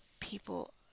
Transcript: people